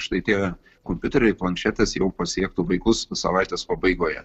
štai tie kompiuteriai planšetės jau pasiektų vaikus savaitės pabaigoje